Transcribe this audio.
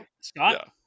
scott